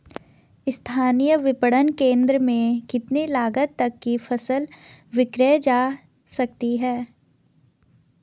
स्थानीय विपणन केंद्र में कितनी लागत तक कि फसल विक्रय जा सकती है?